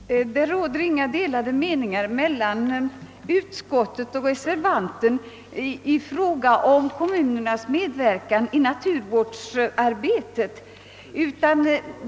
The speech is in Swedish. Herr talman! Det råder inga delade meningar mellan utskottsmajoriteten och reservanten i fråga om kommunernas medverkan i naturvårdsarbetet.